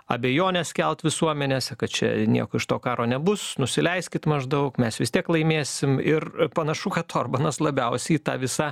abejones kelt visuomenėse kad čia nieko iš to karo nebus nusileiskit maždaug mes vis tiek laimėsim ir panašu kad orbanas labiausiai į tą visą